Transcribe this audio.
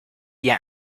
via